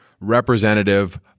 representative